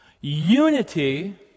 unity